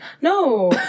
No